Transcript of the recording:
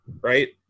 right